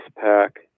pack